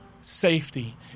safety